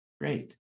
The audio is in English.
great